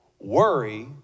Worry